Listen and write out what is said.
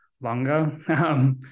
longer